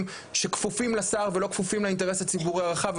שכפופים לשר ולא כפופים לאינטרס הציבורי הרחב,